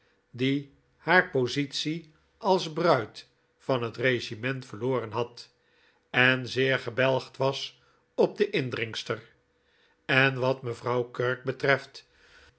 die haar positie als bruid van het regiment verloren had en zeer gebelgd was op de indringster en wat mevrouw kirk betreft